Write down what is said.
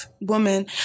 woman